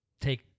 take